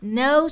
no